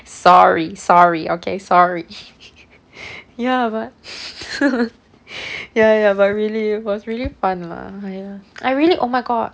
sorry sorry okay sorry ya but ya ya but really was really fun lah !aiya! I really oh my god